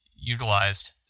utilized